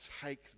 take